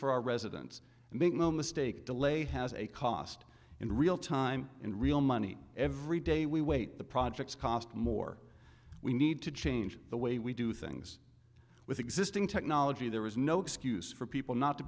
for our residents and make no mistake delay has a cost in real time in real money every day we wait the projects cost more we need to change the way we do things with existing technology there is no excuse for people not to